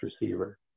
receiver